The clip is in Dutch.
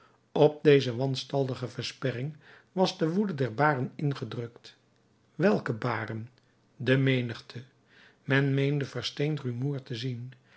op deze wanstaltige versperring was de woede der baren ingedrukt welke baren de menigte men meende versteend rumoer te zien